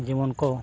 ᱡᱮᱢᱚᱱ ᱠᱚ